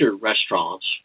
restaurants